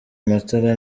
matara